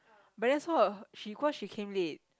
but then so her cause she came late